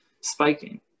spiking